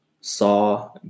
saw